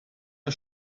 der